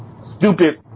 stupid